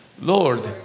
Lord